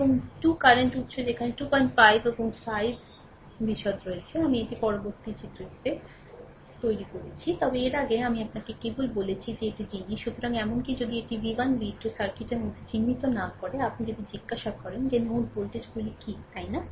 এবং 2 কারেন্ট উৎস সেখানে 25 এবং 5 বিশদ রয়েছে আমি এটি পরবর্তী চিত্রটিতে তৈরি করেছি তবে এর আগে আমি আপনাকে কেবল বলেছি যে এটি জিনিস সুতরাং এমনকি যদি এটি ভি 1 ভি 2 সার্কিটের মধ্যে চিহ্নিত না করে আপনি যদি জিজ্ঞাসা করেন যে নোড ভোল্টেজগুলি কি তাই না